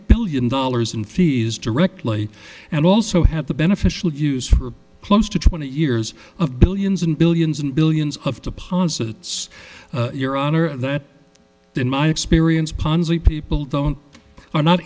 billion dollars in fees directly and also have the beneficial use for close to twenty years of billions and billions and billions of deposits your honor that in my experience ponzi people don't are not